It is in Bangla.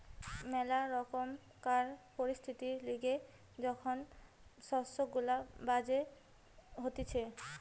ম্যালা রকমকার পরিস্থিতির লিগে যখন শস্য গুলা বাজে হতিছে